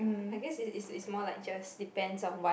I guess it's it's more like just depends on what